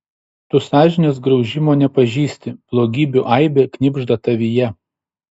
tu sąžinės graužimo nepažįsti blogybių aibė knibžda tavyje